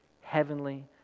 heavenly